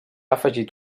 afegit